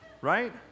right